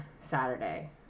Saturday